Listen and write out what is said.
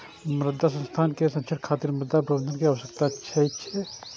मृदा संसाधन के संरक्षण खातिर मृदा प्रबंधन के आवश्यकता छै